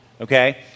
Okay